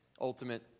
ultimate